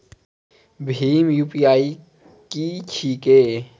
भीम UPI की छीके?